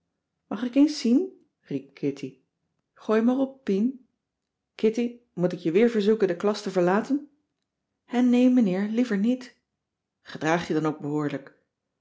mag ik eens zien riep kitty gooi maar op pien kitty moet ik je weer verzoeken de klas te verlaten hè nee meneer liever niet gedraag je dan ook behoorlijk